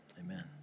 amen